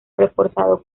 reforzado